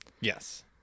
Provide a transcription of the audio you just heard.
yes